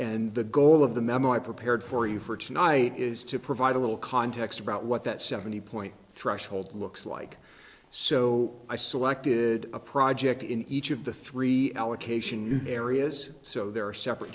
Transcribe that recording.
and the goal of the memo i prepared for you for tonight is to provide a little context about what that seventy point threshold looks like so i selected a project in each of the three allocation areas so there are separate